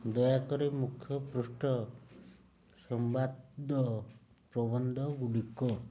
ଦୟାକରି ମୁଖ୍ୟ ପୃଷ୍ଠା ସମ୍ବାଦ ପ୍ରବନ୍ଧଗୁଡ଼ିକ